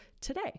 today